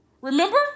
Remember